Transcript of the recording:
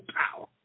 power